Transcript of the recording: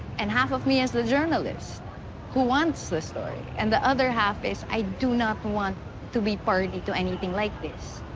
and half of me is a journalist who wants the story. and the other half is, i do not want to be party to anything like this.